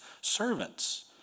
servants